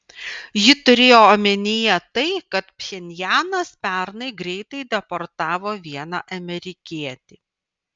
ji turėjo omenyje tai kad pchenjanas pernai greitai deportavo vieną amerikietį